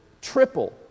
triple